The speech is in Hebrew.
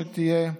שתהיה.